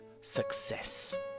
success